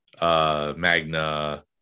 Magna